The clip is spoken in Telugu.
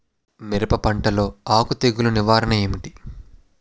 మిరప పంటలో ఆకు తెగులు నివారణ ఏంటి?